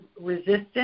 resistance